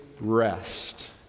rest